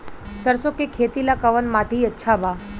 सरसों के खेती ला कवन माटी अच्छा बा?